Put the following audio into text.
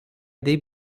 ଦେଇ